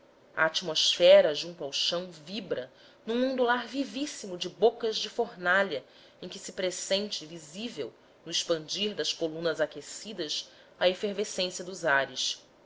atmosfera junto ao chão vibra num ondular vivíssimo de bocas de fornalha em que se pressente visível no expandir das colunas aquecidas a efervescência dos ares